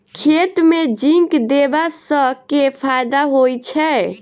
खेत मे जिंक देबा सँ केँ फायदा होइ छैय?